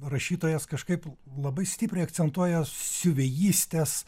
rašytojas kažkaip labai stipriai akcentuoja siuvėjistės